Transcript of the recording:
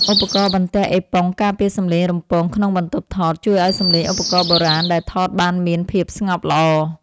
ឧបករណ៍បន្ទះអេប៉ុងការពារសំឡេងរំពងក្នុងបន្ទប់ថត ជួយឱ្យសំឡេងឧបករណ៍បុរាណដែលថតបានមានភាពស្ងប់ល្អ។